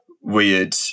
weird